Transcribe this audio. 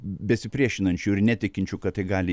besipriešinančių ir netikinčių kad tai gali